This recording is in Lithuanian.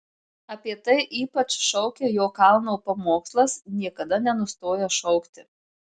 apie tai ypač šaukia jo kalno pamokslas niekada nenustoja šaukti